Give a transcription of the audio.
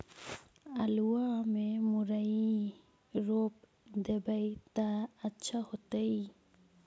आलुआ में मुरई रोप देबई त अच्छा होतई?